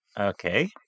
Okay